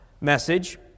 message